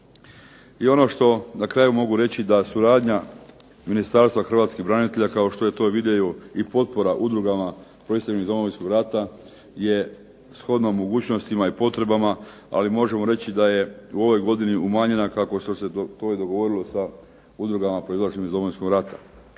I ono što na kraju mogu reći da suradnja Ministarstva hrvatskih branitelja kao što je to vidljivo i potpora udrugama proisteklim iz Domovinskog rata je shodna mogućnostima i potrebama, ali možemo reći da je u ovoj godini umanjena kao što se to i dogovorilo sa udrugama proizašlim iz Domovinskog rata.